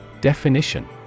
Definition